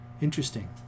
Interesting